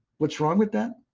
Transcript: what is wrong with that?